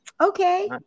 Okay